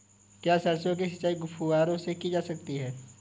क्या सरसों की सिंचाई फुब्बारों से की जा सकती है?